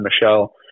Michelle